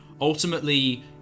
Ultimately